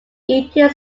eighteen